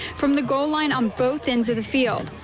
from the goal line on both ends of the field.